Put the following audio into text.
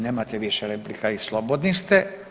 Nemate više replika i slobodni ste.